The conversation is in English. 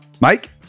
Mike